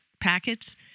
packets